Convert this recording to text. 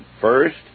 First